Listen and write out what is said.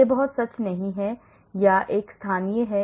यह बहुत सच नहीं है या यह एक स्थानीय है